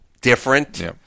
different